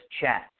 chat